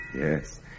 Yes